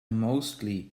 mostly